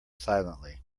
silently